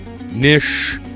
Nish